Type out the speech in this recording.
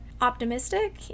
optimistic